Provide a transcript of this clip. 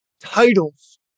titles